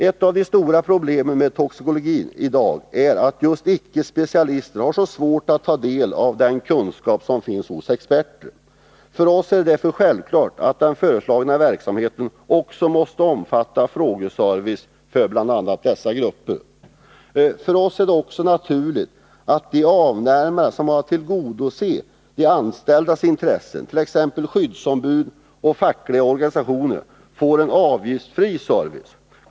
Ett av de stora problemen med toxikologin i dag är just att icke-specialister har så svårt att ta del av den kunskap som finns hos experter. För oss är det därför självklart att den föreslagna verksamheten också måste omfatta frågeservice för bl.a. dessa grupper. För oss är det också naturligt att de avnämare som har att tillgodose de anställdas intressen, t.ex. skyddsombud och fackliga organisationer, får en avgiftsfri service.